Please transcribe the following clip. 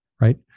right